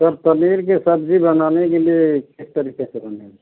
sir paneer के सब्ज़ी बनाने के लिए किस तरीक़े से बनेगी